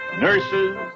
nurses